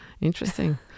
Interesting